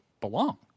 belong